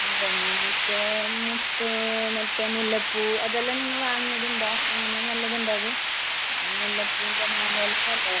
അത് തന്നെ മറ്റേ മുത്ത് മറ്റേ മുല്ലപ്പൂ അത് എല്ലാം നിങ്ങൾ വാങ്ങിയത് ഉണ്ടോ അങ്ങനെ നല്ലത് ഉണ്ടോ അത് മുല്ലപ്പൂവിൻ്റെ മാല എല്ലാം നല്ല